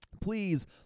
please